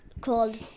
called